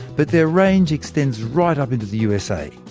but their range extends right up into the usa.